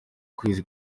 kwezi